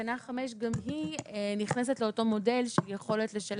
תקנה 5 גם היא נכנסת לאותו מודל של יכולת לשלם